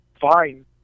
fine